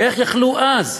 איך יכלו אז,